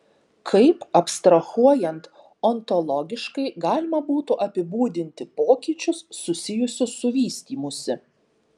kaip abstrahuojant ontologiškai galima būtų apibūdinti pokyčius susijusius su vystymusi